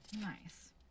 Nice